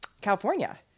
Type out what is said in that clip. California